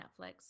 Netflix